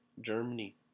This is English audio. Germany